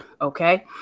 Okay